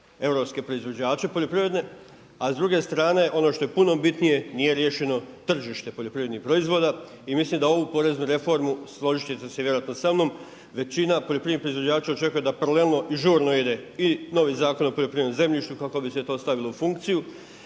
europske proizvođače poljoprivredne. A s druge strane ono što je puno bitnije nije riješeno tržište poljoprivrednih proizvoda i mislim da ovu poreznu reformu složit ćete se vjerojatno sa mnom većina poljoprivrednih proizvođača očekuje da paralelno i žurno ide i novi Zakon o poljoprivrednom zemljištu kako bi se to stavilo u funkciju,